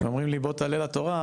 ואומרים לי בוא תעלה לתורה,